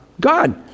God